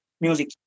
music